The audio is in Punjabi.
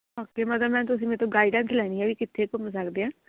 ਓਕੇ ਮਤਲਬ ਮੈਮ ਤੁਸੀਂ ਮੇਰੇ ਤੋਂ ਗਾਈਡਨੈਸ ਲੈਣੀ ਹੈ ਵੀ ਕਿੱਥੇ ਘੁੰਮ ਸਕਦੇ ਹਾਂ